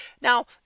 Now